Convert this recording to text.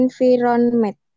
environment